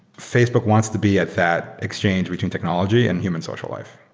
facebook wants to be at that exchange between technology and human social life.